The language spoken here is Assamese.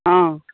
অঁ